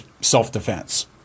self-defense